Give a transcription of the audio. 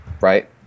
right